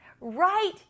Right